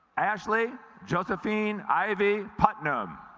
ashley josephine ivy putnam